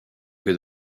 que